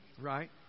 Right